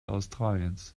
australiens